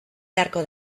beharko